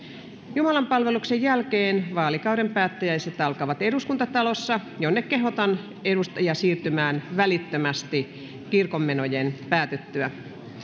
jumalanpalveluksen jälkeen vaalikauden päättäjäiset alkavat eduskuntatalossa jonne kehotan edustajia siirtymään välittömästi kirkonmenojen päätyttyä